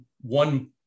one